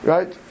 Right